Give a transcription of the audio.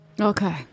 Okay